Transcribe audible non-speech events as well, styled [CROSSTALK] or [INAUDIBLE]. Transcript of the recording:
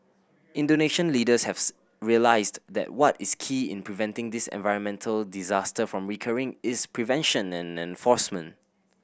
Indonesian leaders have realised that what is key in preventing this environmental disaster from recurring is prevention and [UNINTELLIGIBLE] enforcement